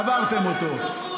עברתם אותו,